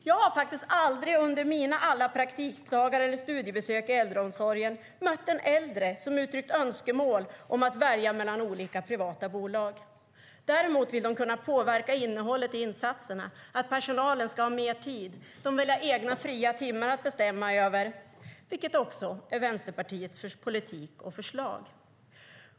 Jag har faktiskt under alla mina praktikdagar eller studiebesök i äldreomsorgen aldrig mött en äldre som uttryckt önskemål om att få välja mellan olika privata bolag. Däremot vill de kunna påverka innehållet i insatserna, att personalen ska ha mer tid, och de vill ha egna fria timmar att helt bestämma över vad de vill göra, vilket också är Vänsterpartiets politik och förslag.